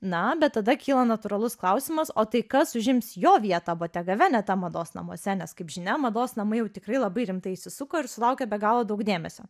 na bet tada kyla natūralus klausimas o tai kas užims jo vietą botega veneta mados namuose nes kaip žinia mados namai jau tikrai labai rimtai įsisuko ir sulaukė be galo daug dėmesio